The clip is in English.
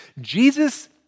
Jesus